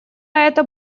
это